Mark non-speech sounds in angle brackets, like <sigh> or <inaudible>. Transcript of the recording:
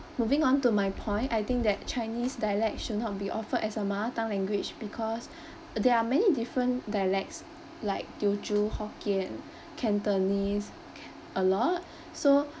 moving on to my point I think that chinese dialects should not be offered as a mother tongue language because <breath> there are many different dialects like teochew hokkien cantonese <breath> a lot so